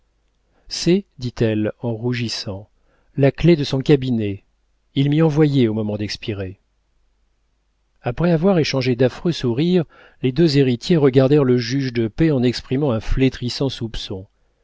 c'est dit-elle en rougissant la clef de son cabinet il m'y envoyait au moment d'expirer après avoir échangé d'affreux sourires les deux héritiers regardèrent le juge de paix en exprimant un flétrissant